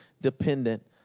dependent